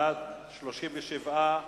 תודה לשר החינוך.